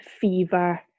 fever